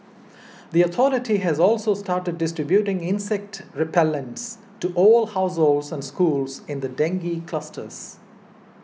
the authority has also started distributing insect repellents to all households and schools in the dengue clusters